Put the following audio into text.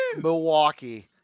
Milwaukee